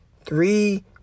three